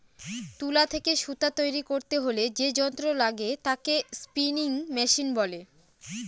তুলা থেকে সুতা তৈরী করতে হলে যে যন্ত্র লাগে তাকে স্পিনিং মেশিন বলে